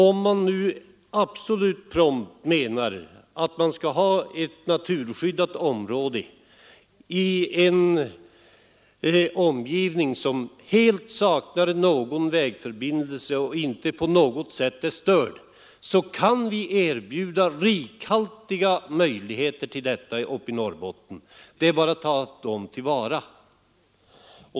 Om man nu prompt vill ha ett naturskyddat område som helt saknar vägförbindelse och som inte på något sätt är stört, kan vi erbjuda rika möjligheter till detta på andra ställen i Norrbotten. Det är bara att ta dem till vara.